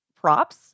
props